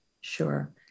Sure